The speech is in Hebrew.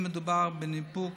אם מדובר בניפוק